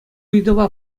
ыйтӑва